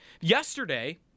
Yesterday